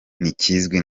ntikizwi